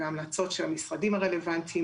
והמלצות של המשרדים הרלוונטיים,